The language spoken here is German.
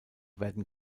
werden